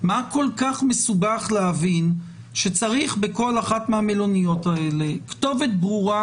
מה כל כך מסובך להבין שצריך בכל אחת מהמלוניות האלה כתובת ברורה,